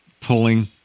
pulling